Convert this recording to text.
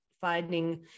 finding